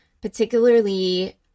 particularly